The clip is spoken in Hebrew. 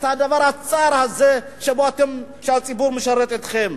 את הדבר הצר הזה שבו הציבור משרת אתכם?